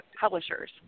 publishers